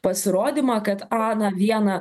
pasirodymą kad aną vieną